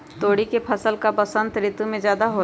तोरी के फसल का बसंत ऋतु में ज्यादा होला?